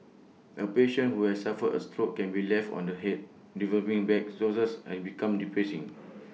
A patient who has suffered A stroke can be left on the Head developing bed sources and become depressing